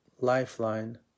lifeline